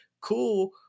cool